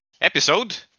episode